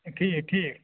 ٹھیٖک ٹھیٖک